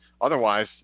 otherwise